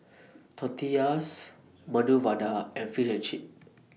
Tortillas Medu Vada and Fish and Chips